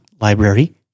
library